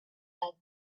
that